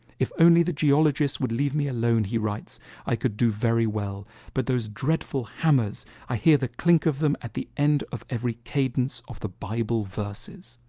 if only the geologists would leave me alone he writes i could do very well but those dreadful hammers i hear the clink of them at the end of every cadence of the bible verses.